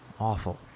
awful